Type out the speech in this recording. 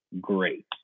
great